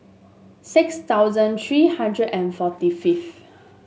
six thousand three hundred and forty fifth